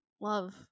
love